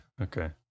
okay